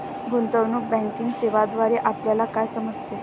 गुंतवणूक बँकिंग सेवांद्वारे आपल्याला काय समजते?